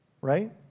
right